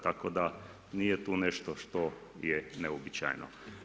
Tako da nije tu nešto što je neuobičajeno.